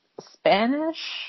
Spanish